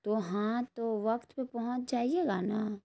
تو ہاں تو وقت پہ پہنچ جائیے گا نا